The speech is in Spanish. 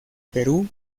perú